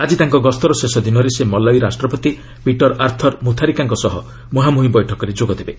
ଆଜି ତାଙ୍କ ଗସ୍ତର ଶେଷ ଦିନରେ ସେ ମଲାଞ୍ଜି ରାଷ୍ଟ୍ରପତି ପିଟର୍ ଆର୍ଥର୍ ମ୍ରଥାରିକାଙ୍କ ସହ ମ୍ରହାଁମ୍ରହିଁ ବୈଠକରେ ଯୋଗଦେବେ